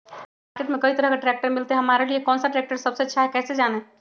Market में कई तरह के ट्रैक्टर मिलते हैं हमारे लिए कौन सा ट्रैक्टर सबसे अच्छा है कैसे जाने?